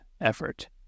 effort